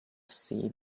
see